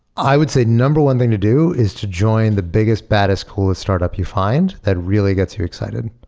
i would say number one thing to do is to join the biggest, baddest, coolest startup you find that really gets you excited.